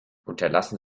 unterlassen